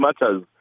matters